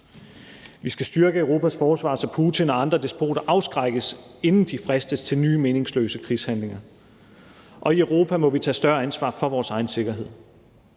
Vi skal styrke Europas forsvar, så Putin og andre despoter afskrækkes, inden de fristes til nye meningsløse krigshandlinger. I Europa må vi tage større ansvar for vores egen sikkerhed.